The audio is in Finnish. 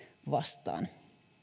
vastaan